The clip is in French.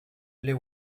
les